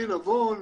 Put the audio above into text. מירי נבון,